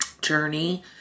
journey